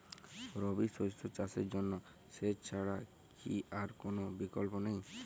রবি শস্য চাষের জন্য সেচ ছাড়া কি আর কোন বিকল্প নেই?